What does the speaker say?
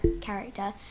character